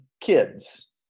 kids